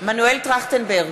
מנואל טרכטנברג,